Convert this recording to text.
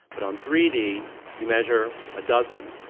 but on three d you measure a dozen,